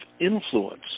influence